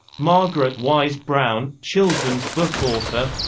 margaret wise brown, children's book author